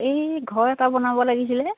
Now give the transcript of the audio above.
এই ঘৰ এটা বনাব লাগিছিলে